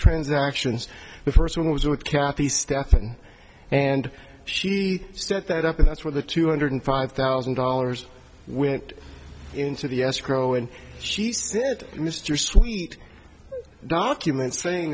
transactions the first one was with kathy stephan and she set that up and that's where the two hundred five thousand dollars went into the escrow and she said mr sweet documents saying